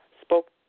spoke